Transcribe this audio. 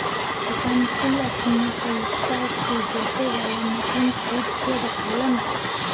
किसान कुल अपने पइसा से जोते वाला मशीन खरीद के रखेलन